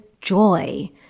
joy